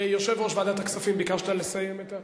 יושב-ראש ועדת הכספים, ביקשת לסכם.